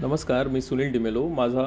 नमस्कार मी सुनील डिमेलो माझा